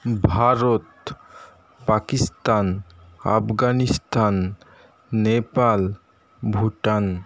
Bharat Pakistan Afghanistan Nepal Bhutan